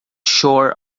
shore